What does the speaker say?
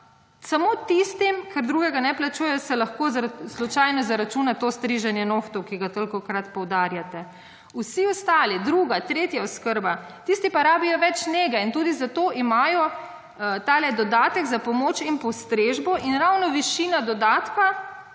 samo tistim, ker drugega ne plačujejo, se lahko slučajno zaračuna to striženje nohtov, ki ga tolikokrat poudarjate. Vsi ostali, druga, tretja oskrba, tisti pa rabijo več nege in tudi zato imajo tale dodatek za pomoč in postrežbo. In ravno višina dodatka